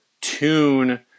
tune